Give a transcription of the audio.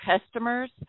customers